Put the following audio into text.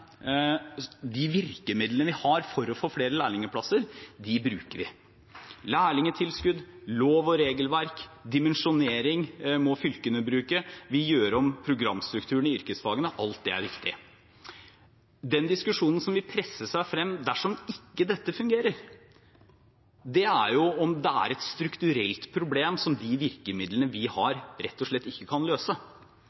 De virkemidlene vi har for å få flere lærlingplasser, bruker vi – lærlingtilskudd, lov og regelverk. Dimensjonering må fylkene bruke. Vi gjør om programstrukturen i yrkesfagene. Alt det er viktig. Den diskusjonen som vil presse seg frem dersom dette ikke fungerer, er om det er et strukturelt problem som de virkemidlene vi har,